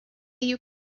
you